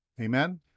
Amen